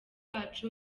bacu